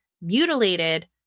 mutilated